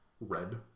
red